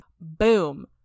boom